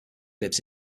lives